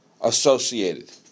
associated